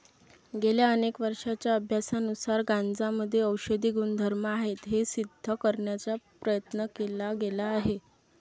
गेल्या अनेक वर्षांच्या अभ्यासानुसार गांजामध्ये औषधी गुणधर्म आहेत हे सिद्ध करण्याचा प्रयत्न केला गेला आहे